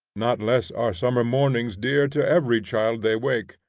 not less are summer-mornings dear to every child they wake,